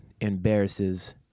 embarrasses